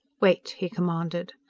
wait, he commanded.